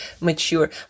mature